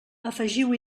afegiu